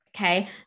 Okay